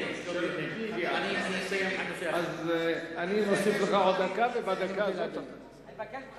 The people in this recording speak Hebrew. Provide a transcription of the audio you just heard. אני מוסיף לך עוד דקה, ובדקה, אני מסיים.